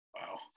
wow